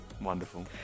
Wonderful